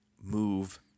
move